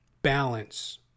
balance